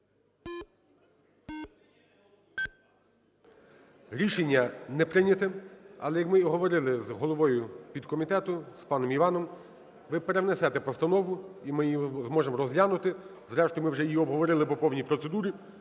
Рішення не прийнято. Але, як ми і говорили із головою підкомітету з паном Іваном, ви перевнесете постанову, і ми її зможемо розглянути. Зрештою, ми вже її обговорили по повній процедурі.